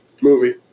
Movie